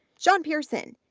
sean pearson,